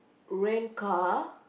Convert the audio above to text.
rent car